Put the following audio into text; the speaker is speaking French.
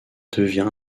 devient